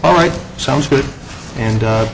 all right sounds good and